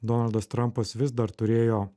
donaldas trampas vis dar turėjo